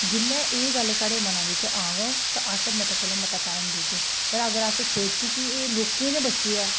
जेल्लै एह् गल्ल साढ़े मनै बिच औग ते अस मता कोला मता टाइम देगे पर अगर अस सोचगे की एह् लोकें दे बच्चे ऐ